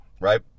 right